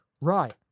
right